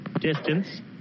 distance